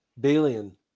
Balian